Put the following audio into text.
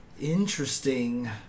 Interesting